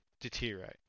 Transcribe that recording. deteriorate